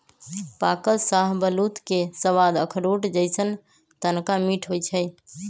पाकल शाहबलूत के सवाद अखरोट जइसन्न तनका मीठ होइ छइ